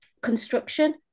construction